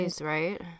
right